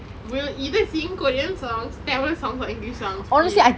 will either sing korean songs tamil songs or english songs please